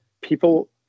people